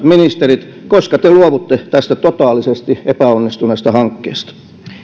ministerit koska te luovutte tästä totaalisesti epäonnistuneesta hankkeesta